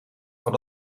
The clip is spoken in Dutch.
van